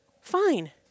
fine